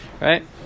right